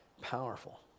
powerful